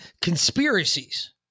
conspiracies